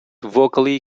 vocally